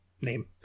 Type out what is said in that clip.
name